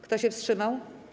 Kto się wstrzymał?